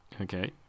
Okay